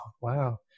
wow